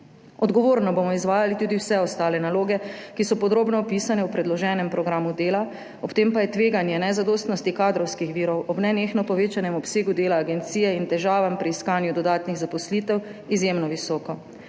Odgovorno bomo izvajali tudi vse ostale naloge, ki so podrobno opisane v predloženem programu dela. Ob tem pa je tveganje nezadostnosti kadrovskih virov ob nenehno povečanem obsegu dela agencije in težavah pri iskanju dodatnih zaposlitev izjemno visoko.